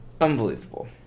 Unbelievable